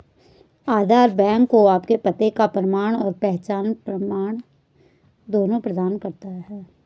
आधार bank को आपके पते का प्रमाण और पहचान प्रमाण दोनों प्रदान करता है